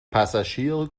passagieren